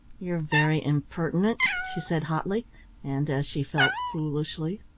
you're very impertinent! she said hotly and, as she felt, foolishly.